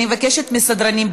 אני מבקשת מהסדרנים,